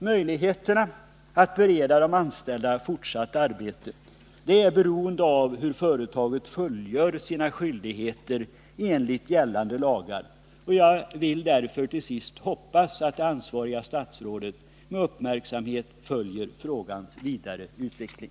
Möjligheterna att bereda de anställda fortsatt arbete är beroende av hur företaget fullgör sina skyldigheter enligt gällande lagar. Jag vill därför till sist uttala förhoppningen att det ansvariga statsrådet med uppmärksamhet följer frågans vidare utveckling.